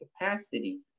capacity